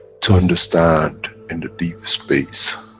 to understand in the deep space,